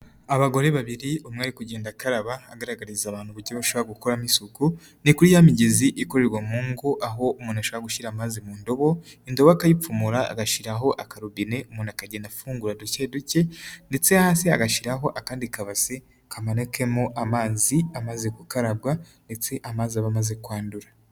Abagore babiri umwari kugenda akaba agaragariza abantu uburyo bashobora gukuramo isuku, ni kuri ya migezi ikorerwa mu ngo aho umuntushaka gushyira amazi mu ndobo, indoba akayipfumura agashyiraho akarubine umuntu akagenda afungura duke duke, ndetse hasi agashyiraho akandi kabasi kamenekamo amazi amaze gukarabwa ndetse amazi aba amaze kwandura.